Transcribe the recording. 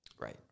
Right